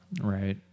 Right